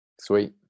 Sweet